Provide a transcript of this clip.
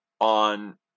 on